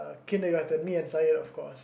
kindergarten me and Zaid of course